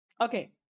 Okay